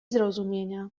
zrozumienia